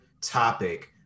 topic